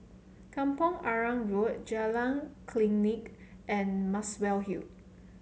Kampong Arang Road Jalan Klinik and Muswell Hill